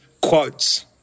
quotes